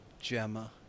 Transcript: Gemma